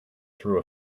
through